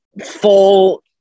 full